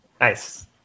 Nice